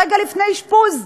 רגע לפני אשפוז.